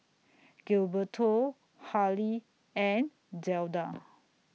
Gilberto Hali and Zelda